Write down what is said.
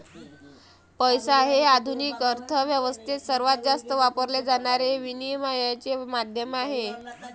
पैसा हे आधुनिक अर्थ व्यवस्थेत सर्वात जास्त वापरले जाणारे विनिमयाचे माध्यम आहे